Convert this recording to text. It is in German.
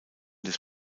des